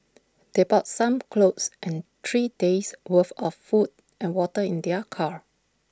they bought some clothes and three days' worth of food and water in their car